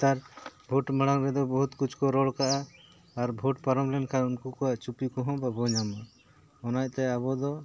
ᱱᱮᱛᱟᱨ ᱵᱷᱳᱴ ᱢᱟᱲᱟᱝ ᱨᱮᱫᱚ ᱵᱚᱦᱩᱛ ᱠᱩᱪ ᱠᱚ ᱨᱚᱲ ᱠᱟᱜᱼᱟ ᱟᱨ ᱵᱷᱳᱴ ᱯᱟᱨᱚᱢ ᱞᱮᱱᱠᱷᱟᱱ ᱩᱱᱠᱩ ᱠᱚᱣᱟᱜ ᱪᱩᱯᱤ ᱠᱚᱦᱚᱸ ᱵᱟᱵᱚ ᱧᱟᱢᱟ ᱚᱱᱟᱛᱮ ᱟᱵᱚ ᱫᱚ